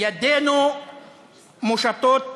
ידינו מושטות לשלום,